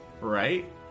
right